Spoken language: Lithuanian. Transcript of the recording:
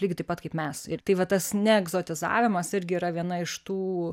lygiai taip pat kaip mes ir tai va tas neegzotizavimas irgi yra viena iš tų